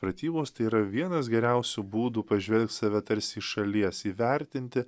pratybos tai yra vienas geriausių būdų pažvelgt save tarsi iš šalies įvertinti